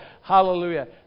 Hallelujah